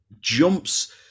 jumps